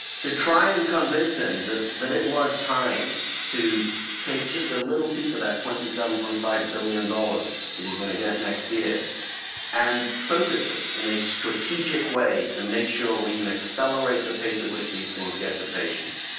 to try and convince him that it was time to take just a little piece of that twenty seven point five billion dollars that he's going to get next year and focus it, in a strategic way, to make sure we can accelerate the pace at which these things get to patients.